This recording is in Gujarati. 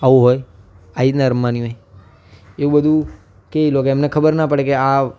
આવું હોય આ રીતના રમવાની હોય એવું બધું કંઈ એ લોકો એમને ખબર ન પડે કે આ